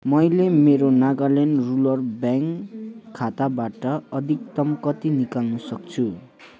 मैले मेरो Nagaland rural bank खाताबाट अधिकतम कति निकाल्न सक्छु